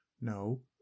no